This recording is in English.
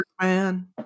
man